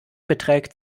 beträgt